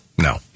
no